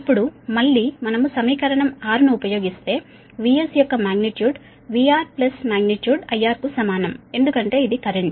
ఇప్పుడు మళ్ళీ మనము సమీకరణం 6 ను ఉపయోగిస్తే VS యొక్క magnitude VR plus magnitude IR కు సమానం ఎందుకంటే ఇది కరెంట్